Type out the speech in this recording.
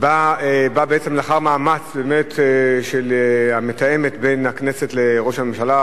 באה בעצם לאחר מאמץ של המתאמת בין הכנסת לראש הממשלה,